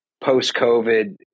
post-covid